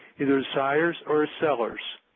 either buyers or sellers.